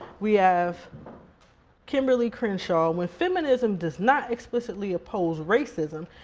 we have kimberlee crenshaw, when feminism does not explicitly oppose racism,